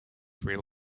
reel